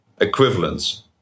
equivalence